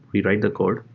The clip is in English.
we write the code.